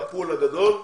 הפּוּל הגדול,